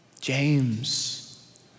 James